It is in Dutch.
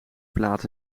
plaat